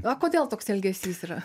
o kodėl toks elgesys yra